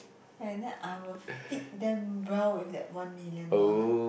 and then I will feed them well with that one million dollar